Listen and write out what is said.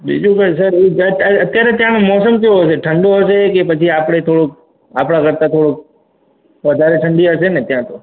બીજું તો સર અત્યારે ત્યાં મોસમ કેવું હશે ઠંડું હશે કે પછી કે પછી આપણે તો આપણા કરતાં થોડુંક વધારે ઠંડી હશે ને ત્યાં તો